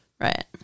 Right